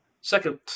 Second